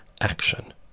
action